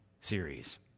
series